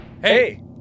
Hey